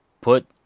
put